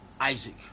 Isaac